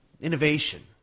innovation